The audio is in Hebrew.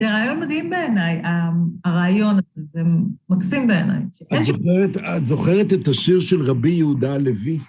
זה רעיון מדהים בעיניי, ה.. הרעיון הזה זה מקסים בעיניי. את זוכרת את השיר של רבי יהודה הלוי?